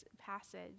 passage